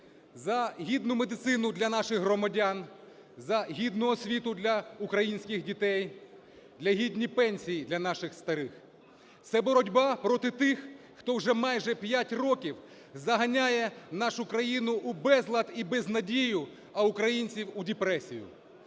За гідну медицину для наших громадян, за гідну освіту для українських дітей, за гідні пенсії для наших старих. Це боротьба проти тих, хто вже майже 5 років заганяє нашу країну у безлад і безнадію, а українців – у депресію,